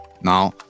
Now